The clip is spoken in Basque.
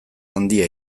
handia